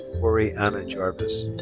corey anna jarvis.